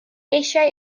eisiau